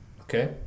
Okay